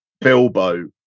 Bilbo